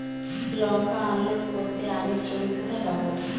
লঙ্কা unload করতে আমি শ্রমিক কোথায় পাবো?